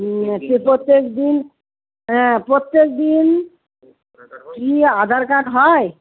প্রত্যেকদিন হ্যাঁ প্রত্যেকদিন কি আধার কার্ড হয়